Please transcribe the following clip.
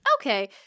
Okay